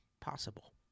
Possible